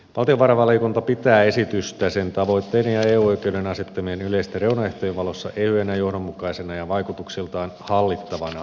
valtiovarainvaliokunta pitää esitystä sen tavoitteiden ja eu oikeuden asettamien yleisten reunaehtojen valossa ehyenä johdonmukaisena ja vaikutuksiltaan hallittavana kokonaisuutena